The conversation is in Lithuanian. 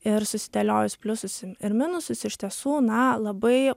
ir susidėliojus pliusus ir minusus iš tiesų na labai